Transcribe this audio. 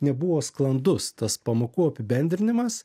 nebuvo sklandus tas pamokų apibendrinimas